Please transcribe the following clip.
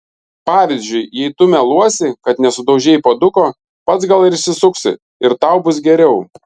pavyzdžiui jei tu meluosi kad nesudaužei puoduko pats gal ir išsisuksi ir tau bus geriau